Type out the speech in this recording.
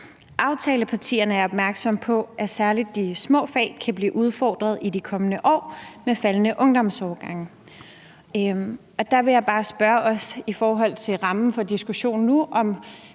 »Aftalepartierne er opmærksomme på, at særligt de små fag kan blive udfordret i de kommende år med faldende ungdomsårgange.« Der vil jeg bare spørge ministeren – også i forhold til rammen for diskussionen nu,